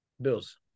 Bills